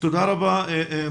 תודה רבה.